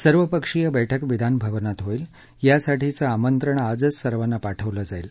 सर्वपक्षीय बैठक विधानभवनात होईल यासाठीचं आंमत्रण आजच सर्वांना पाठवलं जाईल